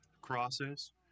crosses